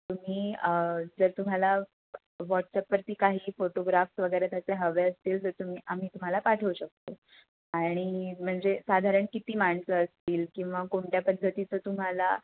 तुम्ही जर तुम्हाला व्हॉट्सॲपवरती काही फोटोग्राफ्स वगैरे त्याचे हवे असतील तर तुम्ही आम्ही तुम्हाला पाठवू शकतो आणि म्हणजे साधारण किती माणसं असतील किंवा कोणत्या पद्धतीचं तुम्हाला